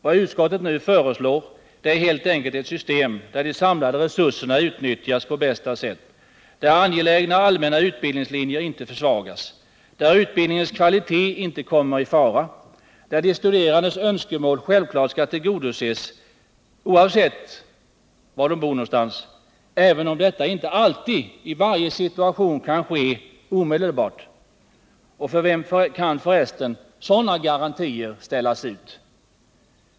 Vad utskottet nu föreslår är helt enkelt ett system där de samlade resurserna utnyttjas på bästa sätt, där angelägna allmänna utbildningslinjer inte försvagas, där utbildningens kvalitet inte kommer i fara, där de studerandes önskemål självfallet skall tillgodoses oavsett var de bor någonstans, även om detta inte för alla i varje situation kan ske omedelbart. För vem kan f. ö. sådana garantier ställas ut?